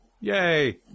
yay